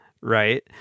right